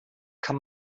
kann